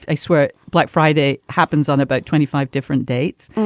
i swear, black friday happens on about twenty five different dates